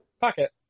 pocket